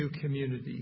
community